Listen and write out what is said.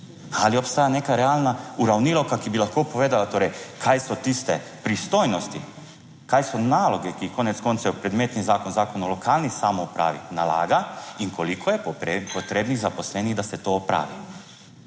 Ali obstaja neka realna uravnilovka, ki bi lahko povedala torej, kaj so tiste pristojnosti, kaj so naloge, ki jih konec koncev predmetni Zakon o lokalni samoupravi nalaga. In koliko je potrebnih zaposlenih, da se to opravi?